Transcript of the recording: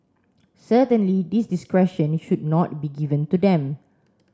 certainly this discretion should not be given to them